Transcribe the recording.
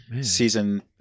season